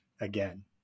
again